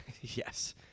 Yes